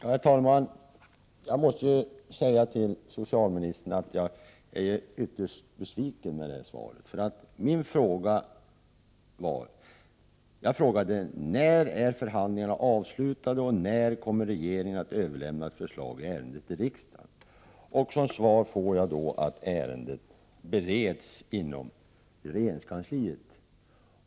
Herr talman! Jag måste säga till socialministern att jag är ytterst besviken över svaret. Min fråga var: När är förhandlingarna avslutade och när kommer regeringen att överlämna ett förslag i ärendet till riksdagen? Som svar får jag då att ärendet bereds inom regeringskansliet.